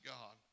God